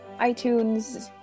iTunes